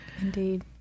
Indeed